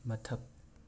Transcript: ꯃꯊꯛ